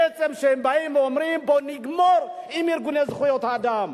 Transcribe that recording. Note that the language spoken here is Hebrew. בעצם הם באים ואומרים: בואו נגמור עם ארגוני זכויות האדם.